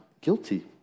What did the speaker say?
guilty